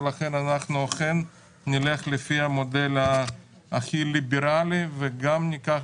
ולכן אנחנו נלך לפי המודל הכי ליברלי וגם ניקח